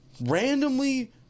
randomly